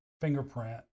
fingerprint